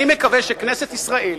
אני מקווה שכנסת ישראל,